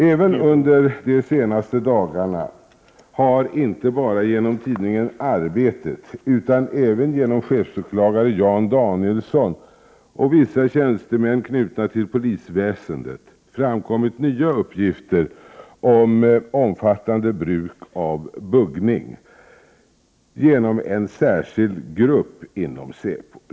Även under de senaste dagarna har, inte bara genom tidningen Arbetet utan även genom chefsåklagare Jan Danielsson och vissa tjänstemän knutna till polisväsendet, framkommit nya uppgifter om omfattande bruk av buggning genom en särskild grupp inom säpo.